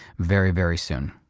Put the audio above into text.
very, very soon.